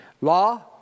law